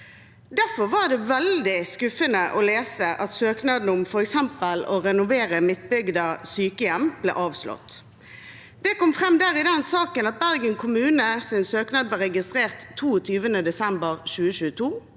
Derfor var det veldig skuffende å lese at f.eks. søknaden om å renovere Midtbygda sykehjem ble avslått. Det kom fram i den saken at Bergen kommunes søknad var registrert 22. desember 2022,